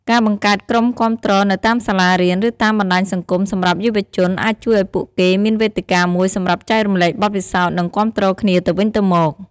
ការបង្កើតក្រុមគាំទ្រនៅតាមសាលារៀន ឬតាមបណ្ដាញសង្គមសម្រាប់យុវជនអាចជួយឱ្យពួកគេមានវេទិកាមួយសម្រាប់ចែករំលែកបទពិសោធន៍ និងគាំទ្រគ្នាទៅវិញទៅមក។